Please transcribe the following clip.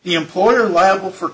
he employer liable for